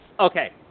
Okay